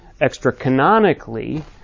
extra-canonically